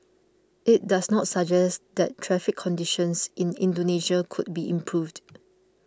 it does also suggest that traffic conditions in Indonesia could be improved